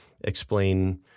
explain